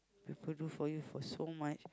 people do for you for so much